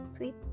tweets